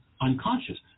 unconscious